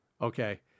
Okay